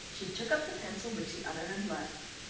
she took up the pencil which the other had left.